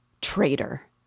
Traitor